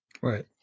Right